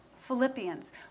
Philippians